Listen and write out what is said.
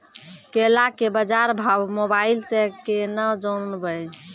केला के बाजार भाव मोबाइल से के ना जान ब?